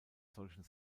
solchen